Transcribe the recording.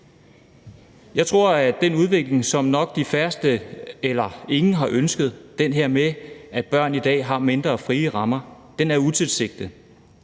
Jeg tror, at den udvikling, som nok de færreste eller ingen har ønsket, altså det her med, at børn i dag har mindre frie rammer, er utilsigtet,